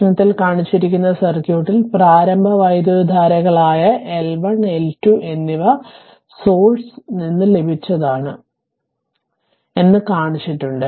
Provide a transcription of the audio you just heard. പ്രശ്നത്തിൽ കാണിച്ചിരിക്കുന്ന സർക്യൂട്ടിൽ പ്രാരംഭ വൈദ്യുതധാരകളായ L1 L2 എന്നിവ ഉസോഴ്സ്സ് നിന്ന് ലഭിച്ചതാണ് എന്ന് കാണിച്ചിട്ടുണ്ട്